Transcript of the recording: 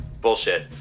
bullshit